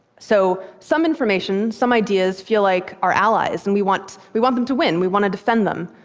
so some information, some ideas, feel like our allies. and we want we want them to win. we want to defend them.